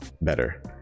better